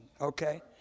okay